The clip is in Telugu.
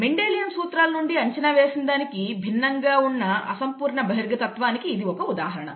మెండెలియన్ సూత్రాల నుండి అంచనా వేసిన దానికి భిన్నంగా ఉన్న అసంపూర్ణ బహిర్గతత్వానికి ఇది ఒక ఉదాహరణ